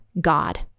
God